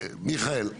מיכאל,